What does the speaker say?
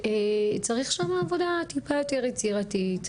שצריך שמה עבודה טיפה יותר יצירתית,